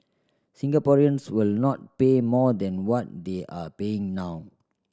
Singaporeans will not pay more than what they are paying now